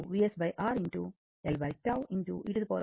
లభిస్తుంది కానీ L R